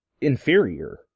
inferior